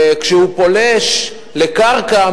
כשהוא פולש לקרקע,